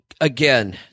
Again